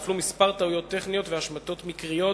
נפלו כמה טעויות טכניות והשמטות מקריות,